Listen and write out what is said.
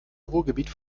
ruhrgebiet